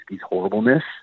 horribleness